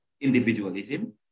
individualism